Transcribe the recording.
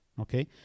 okay